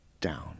down